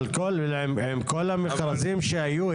אבל עם כל המכרזים שהיו,